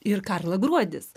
ir karla gruodis